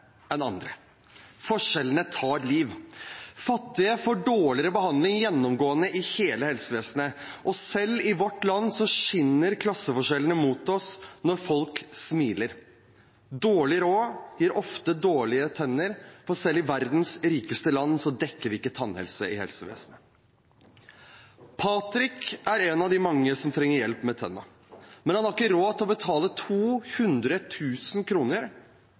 enn andre. Forskjellene tar liv. Fattige får gjennomgående dårligere behandling i hele helsevesenet, og selv i vårt land skinner klasseforskjellene mot oss når folk smiler. Dårlig råd gir ofte dårlige tenner, for selv i verdens rikeste land dekkes ikke tannhelse i helsevesenet. Patrick er en av de mange som trenger hjelp med tennene, men han har ikke råd til å betale